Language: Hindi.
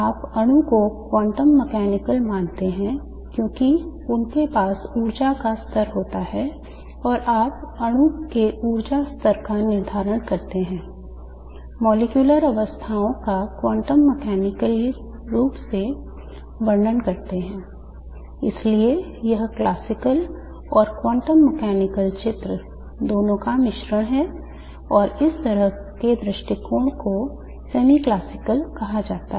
आप अणु को क्वांटम यांत्रिक कहा जाता है